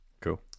cool